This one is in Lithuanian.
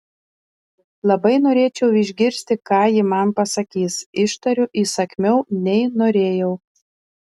labai norėčiau išgirsti ką ji man pasakys ištariu įsakmiau nei norėjau